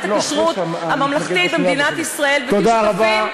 הכשרות הממלכתית במדינת ישראל ותהיו שותפים,